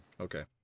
Okay